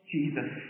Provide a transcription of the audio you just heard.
Jesus